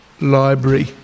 library